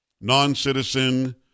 Non-citizen